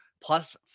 plus